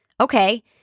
okay